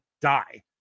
die